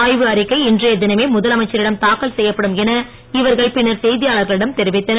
ஆய்வு தினமே முதலமைச்சரிடம் தாக்கல் செய்யப்படும் என இவர்கள் பின்னர் செய்தியாளர்களிடம் தெரிவித்தனர்